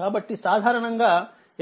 కాబట్టిసాధారణంగా